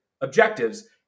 objectives